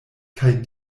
kaj